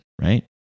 right